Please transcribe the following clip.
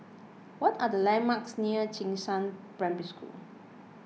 what are the landmarks near Jing Shan Primary School